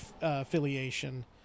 affiliation